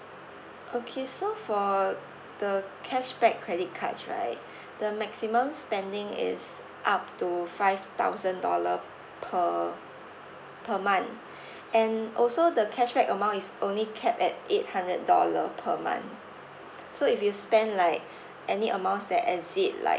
okay so for the cashback credit cards right the maximum spending is up to five thousand dollar per per month and also the cashback amount is only capped at eight hundred dollar per month so if you spend like any amounts that exceed like